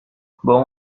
bon